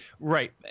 Right